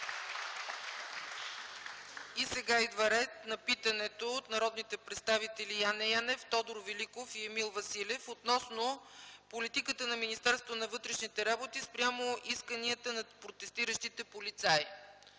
Сега идва ред на питането от народните представители Яне Янев, Тодор Великов и Емил Василев относно политиката на Министерството на вътрешните работи спрямо исканията на протестиращите полицаи.